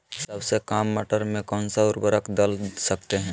सबसे काम मटर में कौन सा ऊर्वरक दल सकते हैं?